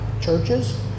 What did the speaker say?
churches